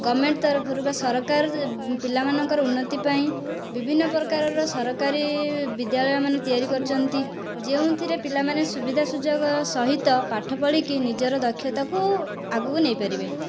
government ତରଫରୁ ବା ସରକାର ପିଲାମାନଙ୍କର ଉନ୍ନତି ପାଇଁ ବିଭିନ୍ନ ପ୍ରକାରର ସରକାରୀ ବିଦ୍ୟାଳୟମାନ ତିଆରି କରିଚନ୍ତି ଯେଉଁଥିରେ ପିଲାମାନେ ସୁବିଧା ସୁଯୋଗର ସହିତ ପାଠ ପଢ଼ିକି ନିଜର ଦକ୍ଷତାକୁ ଆଗକୁ ନେଇ ପାରିବେ